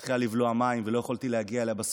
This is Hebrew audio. היא התחילה לבלוע מים ולא יכולתי להגיע אליה,